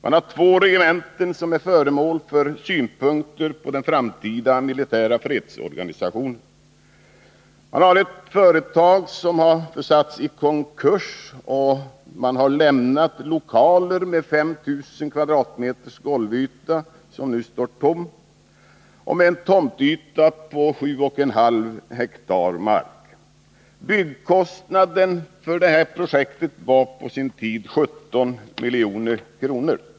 Där finns två regementen, som är föremål för intresse när det gäller den framtida militära fredsorganisationen. Man har ett företag som har försatts i konkurs. Företaget har lokaler med en golvyta på 5 000 m? som nu står tomma, och det disponerar en tomtyta på 7,5 hektar. Byggkostnaden för det här projektet var på sin tid 17 milj.kr.